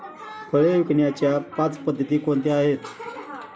फळे विकण्याच्या पाच पद्धती कोणत्या आहेत?